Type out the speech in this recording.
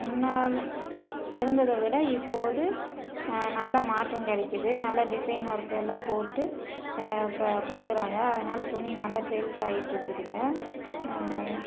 முன்னால் இருந்ததை விட இப்போது நல்ல மாற்றம் கிடைக்கிது நல்ல டிசைன் ஒர்க்கெல்லாம் போட்டு இப்போ கொடுக்குறாங்க அதனால் துணி நல்லா சேல்ஸ் ஆயிட்டுருக்குதுங்க